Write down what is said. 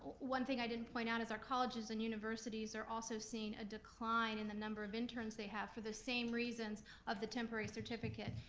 one thing i didn't point out is our colleges and universities are also seeing a decline in the number of interns they have for the same reasons of the temporary certificate.